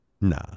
Nah